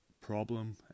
problem